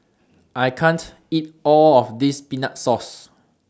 I can't eat All of This Peanut Paste